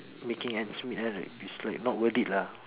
making ends meet right it's like not worth it lah